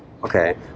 Okay